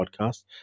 podcast